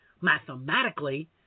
Mathematically